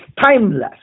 timeless